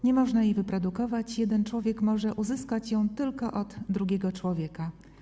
Nie można jej wyprodukować, jeden człowiek może uzyskać ją tylko od drugiego człowieka.